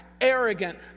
arrogant